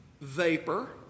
vapor